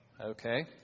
Okay